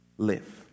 Live